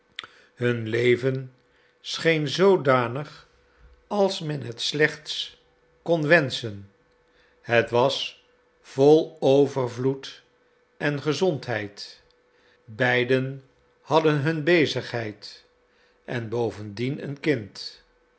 hun leven scheen zoodanig als men het slechts kon wenschen het was vol overvloed en gezondheid beiden hadden hun bezigheid en bovendien een kind